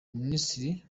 minisitiri